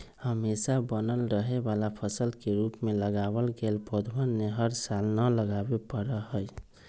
हमेशा बनल रहे वाला फसल के रूप में लगावल गैल पौधवन के हर साल न लगावे पड़ा हई